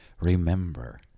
Remember